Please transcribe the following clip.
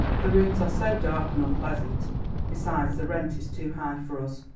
the rooms are so dark and unpleasant besides the rent is too high for us.